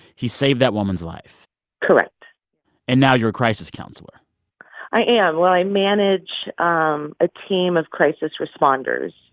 he saved that woman's life correct and now you're a crisis counselor i am. well, i manage ah um a team of crisis responders.